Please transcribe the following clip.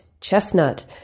Chestnut